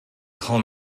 call